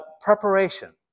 Preparation